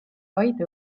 vaid